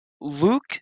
Luke